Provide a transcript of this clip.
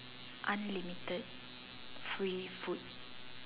unlimited free food